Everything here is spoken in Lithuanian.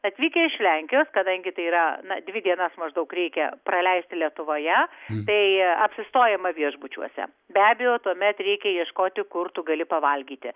atvykę iš lenkijos kadangi tai yra dvi dienas maždaug reikia praleisti lietuvoje bei apsistojama viešbučiuose be abejo tuomet reikia ieškoti kur tu gali pavalgyti